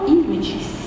images